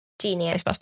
genius